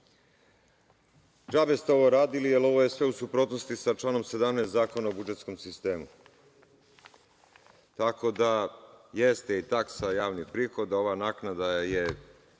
DŽabe ste ovo radili jer ovo je sve u suprotnosti sa članom 17. Zakona o budžetskom sistemu. Tako da jeste i taksa javni prihod. Ova naknada je